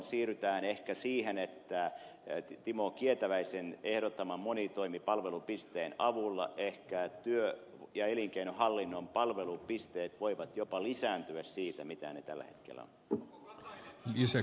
siirrytään ehkä siihen että timo kietäväisen ehdottaman monitoimipalvelupisteen avulla ehkä työ ja elinkeinohallinnon palvelupisteet voivat jopa lisääntyä siitä mitä ne tällä hetkellä ovat